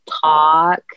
talk